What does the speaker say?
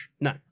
No